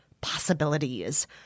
Possibilities